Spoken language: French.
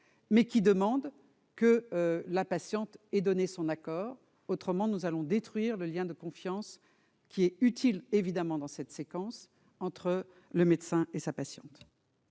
mais qui demande que la patiente et donné son accord, autrement nous allons détruire le lien de confiance qui est utile, évidemment, dans cette séquence entre le médecin et sa patiente.